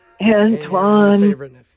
Antoine